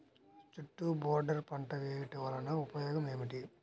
చుట్టూ బోర్డర్ పంట వేయుట వలన ఉపయోగం ఏమిటి?